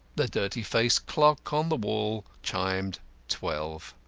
the dirty-faced clock on the wall chimed twelve.